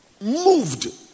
Moved